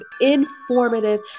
informative